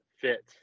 fit